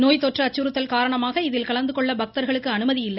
நோய் தொற்று அச்சுறுத்தல் காரணமாக இதில் கலந்து கொள்ள பக்தர்களுக்கு அனுமதி இல்லை